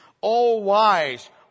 all-wise